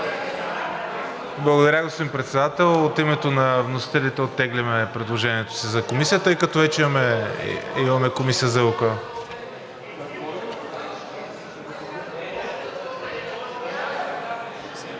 Благодаря, господин Председател. От името на вносителите оттегляме предложението си за Комисия, тъй като вече имаме Комисия за „Лукойл“.